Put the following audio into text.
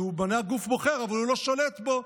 כי הוא בנה גוף בוחר אבל הוא לא שולט בו.